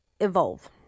evolve